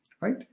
Right